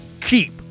keep